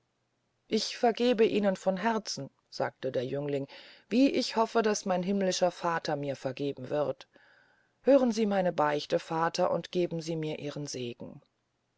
ich vergebe ihnen von herzen sagte der jüngling wie ich hoffe daß mein himmlischer vater mir vergeben wird hören sie meine beichte vater und geben sie mir ihren seegen